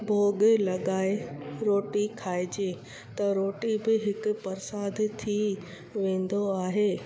भोॻु लॻाए रोटी खाइजे त रोटी बि हिकु प्रसाद थी वेंदो आहे